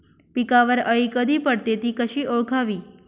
पिकावर अळी कधी पडते, ति कशी ओळखावी?